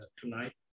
tonight